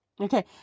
Okay